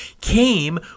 came